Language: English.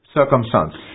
circumstance